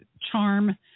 charm